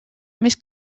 més